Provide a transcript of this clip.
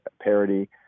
parity